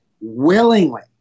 willingly